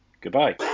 goodbye